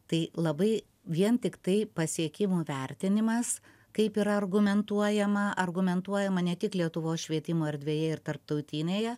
tai labai vien tiktai pasiekimų vertinimas kaip yra argumentuojama argumentuojama ne tik lietuvos švietimo erdvėje ir tarptautinėje